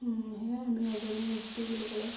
সেয়াই আমি ৰজাদিনীয়া বস্তু বুলি ক'লে